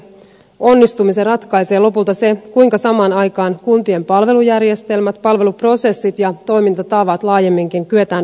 onnistumisen ratkaisee lopulta se kuinka samaan aikaan kuntien palvelujärjestelmät palveluprosessit ja toimintatavat laajemminkin kyetään uudistamaan